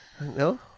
No